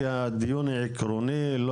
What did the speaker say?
כי הדיון עקרוני,